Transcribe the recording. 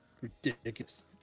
ridiculous